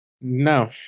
No